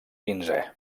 quinzè